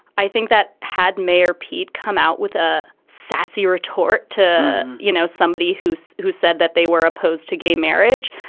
i think that had mayor pete come out with a sassy retort to you know somebody who's who said that they were opposed to gay marriage.